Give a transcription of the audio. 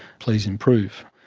please improve.